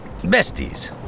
besties